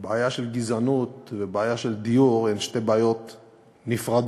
בעיה של גזענות ובעיה של דיור הן שתי בעיות נפרדות.